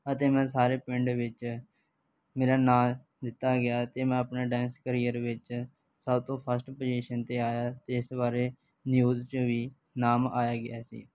ਅਤੇ ਮੈਂ ਸਾਰੇ ਪਿੰਡ ਵਿੱਚ ਮੇਰਾ ਨਾਂ ਲਿੱਤਾ ਗਿਆ ਅਤੇ ਮੈਂ ਆਪਣੇ ਡਾਂਸ ਕਰੀਅਰ ਵਿੱਚ ਸਭ ਤੋਂ ਫਸਟ ਪੁਜ਼ੀਸ਼ਨ 'ਤੇ ਆਇਆ ਅਤੇ ਇਸ ਬਾਰੇ ਨਿਊਜ਼ 'ਚ ਵੀ ਨਾਮ ਆਇਆ ਗਿਆ ਸੀ